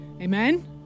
Amen